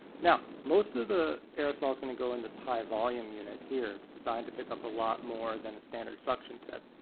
now, most of the aerosol is going to go in this high-volume unit here. it's designed to pick up a lot more than standard suction tip.